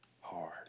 hard